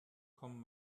kommen